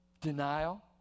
Denial